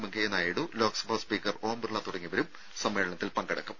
Venkaiah Naidu Lok Sabha speaker Om Birla തുടങ്ങിയവരും സമ്മേളനത്തിൽ പങ്കെടുക്കും